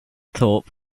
thorpe